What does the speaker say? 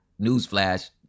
newsflash